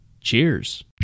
cheers